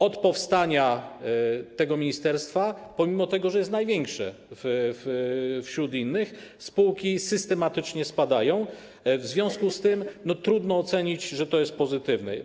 Od powstania tego ministerstwa, pomimo że jest największe wśród innych, spółki systematycznie spadają, w związku z tym trudno ocenić, że to jest pozytywne.